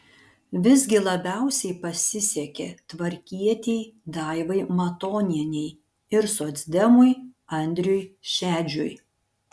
visgi labiausiai pasisekė tvarkietei daivai matonienei ir socdemui andriui šedžiui